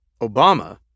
Obama